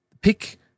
Pick